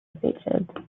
featured